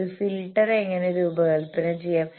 ഒരു ഫിൽട്ടർ എങ്ങനെ രൂപകൽപ്പന ചെയ്യാം